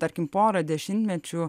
tarkim porą dešimtmečių